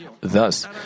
Thus